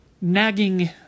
nagging